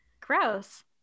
gross